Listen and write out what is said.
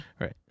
Right